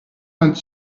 vingt